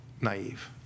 naive